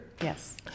Yes